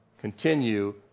continue